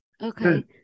Okay